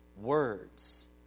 words